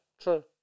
true